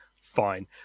fine